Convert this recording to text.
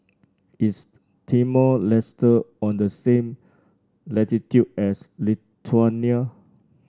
is Timor Leste on the same latitude as Lithuania